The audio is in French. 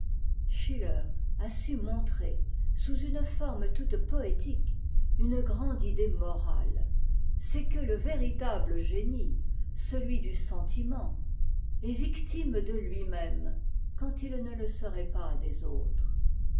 schiller su montrer sous uneforme toute poétique une grande idée morale c'est que le véritable génie cetui du sentiment est victime de lui-même quand it ne te serait pas des autres